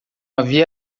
havia